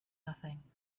nothing